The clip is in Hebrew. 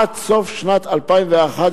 עד סוף שנת 2011,